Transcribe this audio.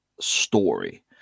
story